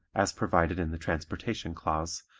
as provided in the transportation clause,